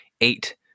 eight